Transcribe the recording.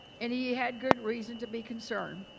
and he had good reason to be concerned.